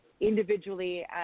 individually